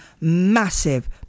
massive